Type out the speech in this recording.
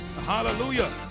Hallelujah